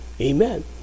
Amen